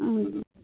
ம்